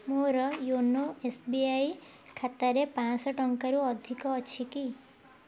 ମୋର YONO S B I ଖାତାରେ ପାଞ୍ଚଶହ ଟଙ୍କାରୁ ଅଧିକ ଅଛି କି